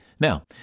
Now